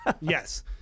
Yes